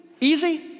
easy